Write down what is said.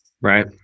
Right